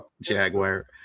jaguar